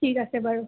ঠিক আছে বাৰু